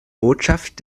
botschaft